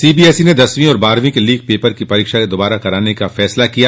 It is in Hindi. सीबीएसई ने दसवीं और बारहवीं के लीक पेपर की परीक्षा दोबारा करवाने का निर्णय लिया